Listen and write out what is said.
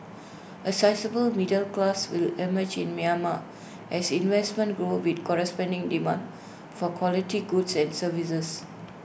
A sizeable middle class will emerge in Myanmar as investments grow with corresponding demand for quality goods and services